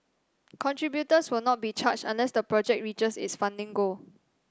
contributors will not be charged unless the project reaches its funding goal